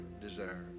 desire